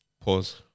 Pause